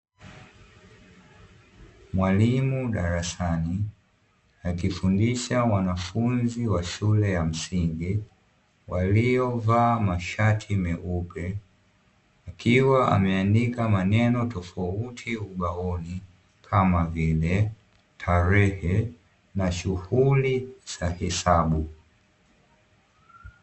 Mwalimu darasani akifundisha wanafunzi wa shule ya msingi waliovaa mashati meupe, akiwa ameandika maneno tofauti ubaoni kama vile tarehe na shughuli za hesabu.